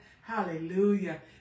Hallelujah